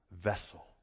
vessel